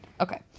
okay